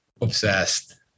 obsessed